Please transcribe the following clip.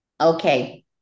Okay